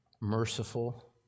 Merciful